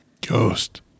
Ghost